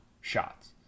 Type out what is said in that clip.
shots